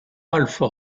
alpha